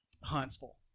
Huntsville